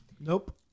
Nope